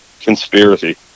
conspiracy